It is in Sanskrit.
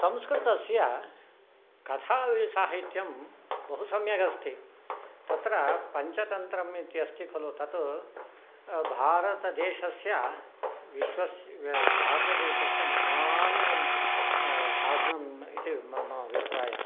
संस्कृतस्य कथासाहित्यं बहुसम्यक् अस्ति तत्र पञ्चतन्त्रम् इति अस्ति खलु तत् भारतदेशस्य भारतदेशस्य महान् साधनं इति मम अभिप्रायः